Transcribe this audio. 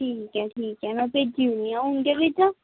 ठीक ऐ ठीक ऐ मैं भेजी ओड़नी आं हू'न गै भेजां